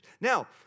Now